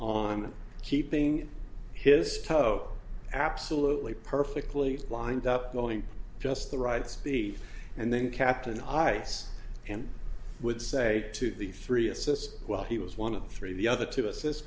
on keeping his toe absolutely perfectly lined up going just the right speed and then captain ice and would say to the three assists while he was one of three the other two assist